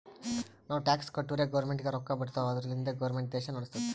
ನಾವು ಟ್ಯಾಕ್ಸ್ ಕಟ್ಟುರೇ ಗೌರ್ಮೆಂಟ್ಗ ರೊಕ್ಕಾ ಬರ್ತಾವ್ ಅದುರ್ಲಿಂದೆ ಗೌರ್ಮೆಂಟ್ ದೇಶಾ ನಡುಸ್ತುದ್